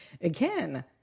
Again